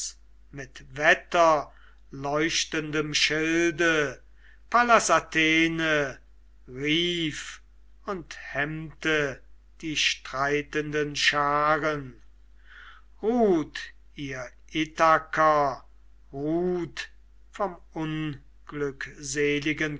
mit wetterleuchtendem schilde pallas athene rief und hemmte die streitenden scharen ruht ihr ithaker ruht vom unglückseligen